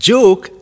Joke